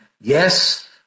yes